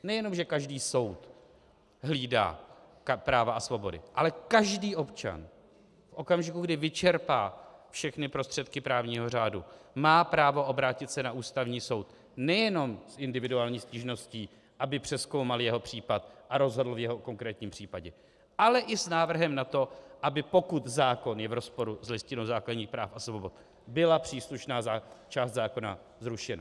Nejenom že každý soud hlídá práva a svobody, ale každý občan v okamžiku, kdy vyčerpá všechny prostředky právního řádu, má právo obrátit se na Ústavní soud nejenom s individuální stížností, aby přezkoumal jeho případ a rozhodl v jeho konkrétním případě, ale i s návrhem na to, aby pokud zákon je v rozporu s Listinou základních práv a svobod, byla příslušná část zákona zrušena.